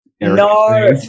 no